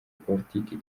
politiki